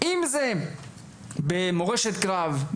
אתרי מורשת קרב,